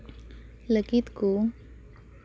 ᱞᱟᱹᱜᱤᱫ ᱠᱚ